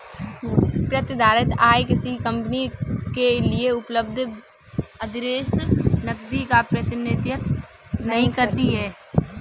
प्रतिधारित आय किसी कंपनी के लिए उपलब्ध अधिशेष नकदी का प्रतिनिधित्व नहीं करती है